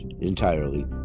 entirely